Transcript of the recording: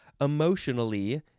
Emotionally